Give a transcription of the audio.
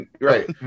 right